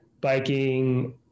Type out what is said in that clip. biking